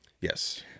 Yes